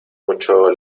mucho